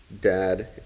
dad